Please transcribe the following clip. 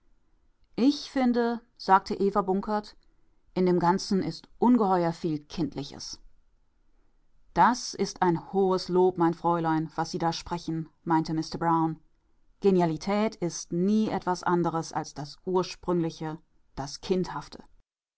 ich finde sagte eva bunkert in dem ganzen ist ungeheuer viel kindliches das ist ein hohes lob mein fräulein was sie da sprechen meinte mister brown genialität ist nie etwas anderes als das ursprüngliche das kindhafte